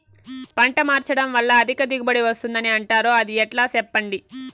పంట మార్చడం వల్ల అధిక దిగుబడి వస్తుందని అంటారు అది ఎట్లా సెప్పండి